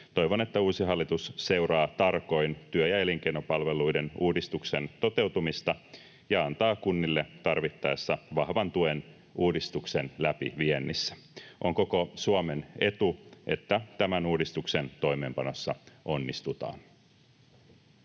toivon että uusi hallitus seuraa tarkoin työ- ja elinkeinopalveluiden uudistuksen toteutumista ja antaa kunnille tarvittaessa vahvan tuen uudistuksen läpiviennissä. On koko Suomen etu, että tämän uudistuksen toimeenpanossa onnistutaan.